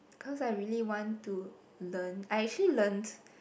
cause I really want to learn I actually learned